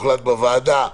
הוחלט בוועדה.